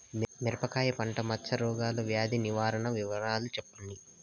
మిరపకాయ పంట మచ్చ రోగాల వ్యాధి నివారణ వివరాలు చెప్పండి?